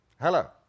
Hello